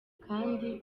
kandi